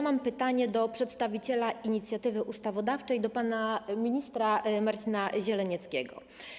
Mam pytanie do przedstawiciela Komitetu Inicjatywy Ustawodawczej, do pana ministra Marcina Zielenieckiego.